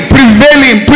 Prevailing